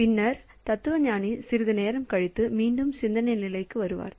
பின்னர் தத்துவஞானி சிறிது நேரம் கழித்து மீண்டும் சிந்தனை நிலைக்கு வருவார்